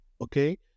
okay